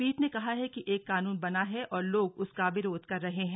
पीठ ने कहा है कि एक कानून बना है और लोग उसका विरोध कर रहे हैं